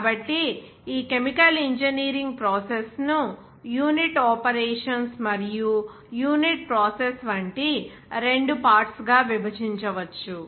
కాబట్టి ఈ chemical engineering process ను యూనిట్ ఆపరేషన్స్ మరియు యూనిట్ ప్రాసెస్ వంటి రెండు పార్ట్స్ గా విభజించవచ్చు